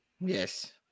Yes